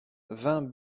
vingt